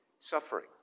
suffering